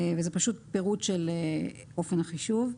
וזה פשוט פירוט של אופן החישוב.